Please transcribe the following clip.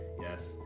yes